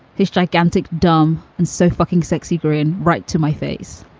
this gigantic dumb and so fucking sexy grin right to my face.